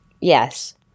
yes